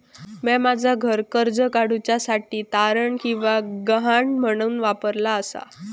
म्या माझा घर कर्ज काडुच्या साठी तारण किंवा गहाण म्हणून वापरलो आसा